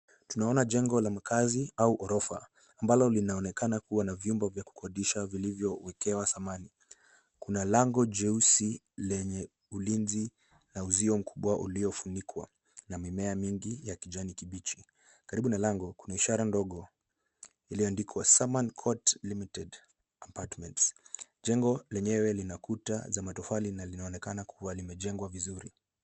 Tunaona jengo la makazi au ghorofa ambalo linaonekana kuwa na vyumba vya kukodisha vilivyowekewa samani. Kuna lango jeusi lenye ulinzi na uzio mkubwa uliofunikwa na mimea mingi ya kijani kibichi. Karibu na lango, kuna ishara ndogo iliyoandikwa, Samra Court Ltd Furnished Apartments. Jengo lenyewe lina kuta la matofali na linaonekana kuwa limejengwa vizuri.